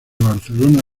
barcelona